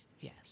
yes